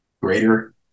greater